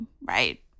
right